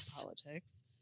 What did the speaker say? politics